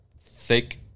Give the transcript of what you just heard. thick